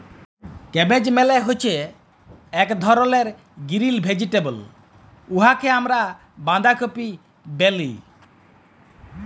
cabbage মালে হছে ইক ধরলের গিরিল ভেজিটেবল উয়াকে আমরা বাঁধাকফি ব্যলি